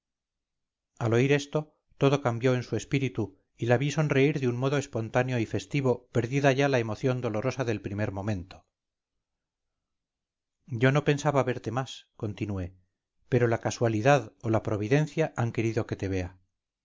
al oír esto todo cambió en su espíritu y la vi sonreír de un modo espontáneo y festivo perdida ya la emoción dolorosa del primer momento yo no pensaba verte más continué pero la casualidad o la providencia han queridoque te vea